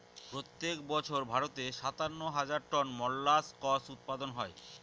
প্রত্যেক বছর ভারতে সাতান্ন হাজার টন মোল্লাসকস উৎপাদন হয়